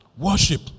Worship